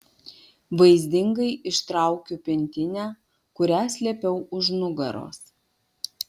vaizdingai ištraukiu pintinę kurią slėpiau už nugaros